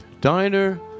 Diner